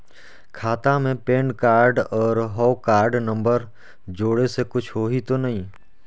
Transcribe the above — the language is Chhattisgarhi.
खाता मे पैन कारड और हव कारड नंबर जोड़े से कुछ होही तो नइ?